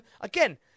again